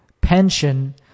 pension